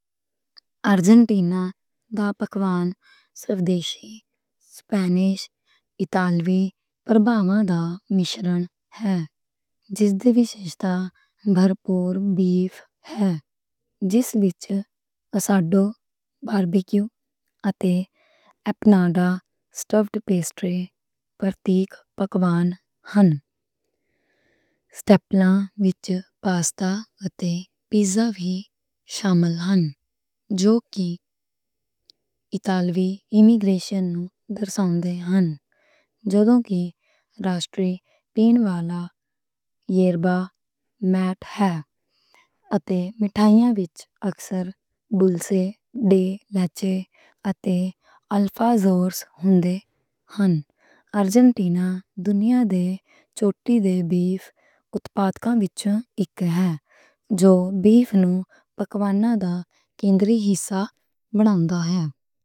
ارجنٹینا دا پکوان سپینش، اٹالوی پربھاواں دا مِشرن ہے۔ جس دی وِشیشتا وِچ آسادو باربیکیو اتے ایمپانادا سٹفڈ پیسٹری پاپولر ڈِش ہے۔ اسٹَیپلاں وِچ پاسٹا اتے پیزاں ہی شامل ہن۔ جو کہ اٹالوی امیگریشن درساؤندے ہن۔ جدوں کہ راشٹری پین والی یربا ماتے ہے۔ اتے مٹھائیاں وِچ اکثر دُلسے دے لیچے اتے الفازولز ہُندے ہن۔ ارجنٹینا دنیا دے چوٹی دے بیف اتپادکاں وِچ اک ہے۔ جو بیف نوں پکواناں دا کندری حصہ بناؤندا ہے۔